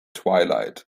twilight